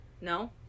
No